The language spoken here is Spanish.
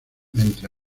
entre